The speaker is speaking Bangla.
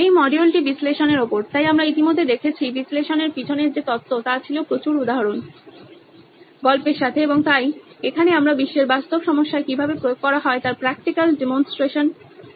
এই মডিউলটি বিশ্লেষণের ওপর তাই আমরা ইতিমধ্যে দেখেছি বিশ্লেষণের পিছনের যে তত্ত্ব তা ছিল প্রচুর উদাহরণ গল্পের সাথে এবং তাই এখানে আমরা বিশ্বের বাস্তব সমস্যায় কিভাবে প্রয়োগ করা হয় তার প্র্যাকটিক্যাল ডেমোনস্ট্রেশন করছি